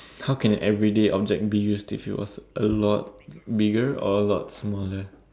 how can everyday object be used if it was a lot bigger or a lot smaller